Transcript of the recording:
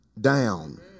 down